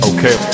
Okay